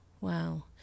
wow